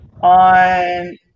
on